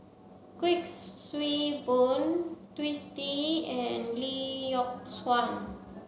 Kuik Swee Boon Twisstii and Lee Yock Suan